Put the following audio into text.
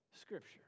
Scripture